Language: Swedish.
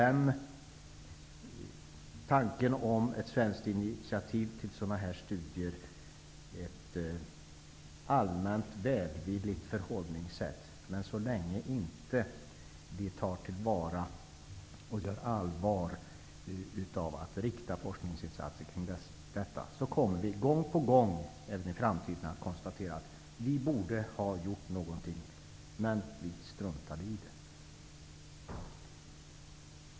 I tanken om ett svenskt initiativ till sådana här studier finns det ett allmänt välvilligt förhållningssätt, men så länge vi inte tar till vara och gör allvar av idén att rikta forskningsinsatser mot detta område, kommer vi gång på gång även i framtiden att konstatera att vi borde ha gjort någonting men struntade i det.